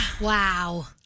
Wow